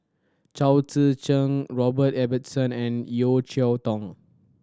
Chao Tzee Cheng Robert Ibbetson and Yeo Cheow Tong